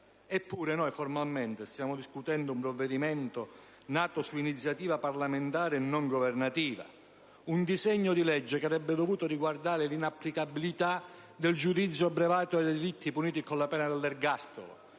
Eppure noi, formalmente, stiamo discutendo di un provvedimento nato su iniziativa parlamentare, e non governativo; un disegno di legge che avrebbe dovuto riguardare l'inapplicabilità del giudizio abbreviato ai delitti puniti con la pena dell'ergastolo.